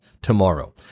tomorrow